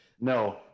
No